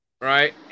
right